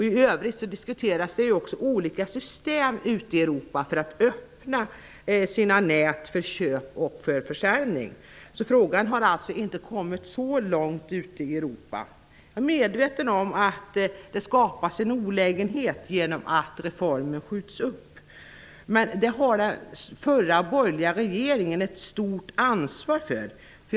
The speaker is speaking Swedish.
I övrigt diskuteras olika system i Europa för att man skall öppna sina nät för köp och försäljning. Frågan har alltså inte kommit så långt ute i Europa. Jag är medveten om att det skapas en olägenhet genom att reformen skjuts upp. Den förra borgerliga regeringen har ett stort ansvar för det.